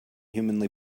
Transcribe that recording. humanly